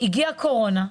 הגיעה הקורונה,